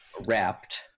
wrapped